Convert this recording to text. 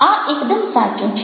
આ એકદમ સાચું છે